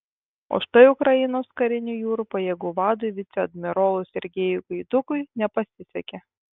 o štai ukrainos karinių jūrų pajėgų vadui viceadmirolui sergejui gaidukui nepasisekė